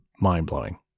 mind-blowing